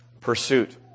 pursuit